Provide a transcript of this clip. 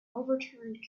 overturned